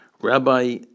Rabbi